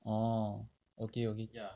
orh okay okay